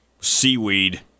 seaweed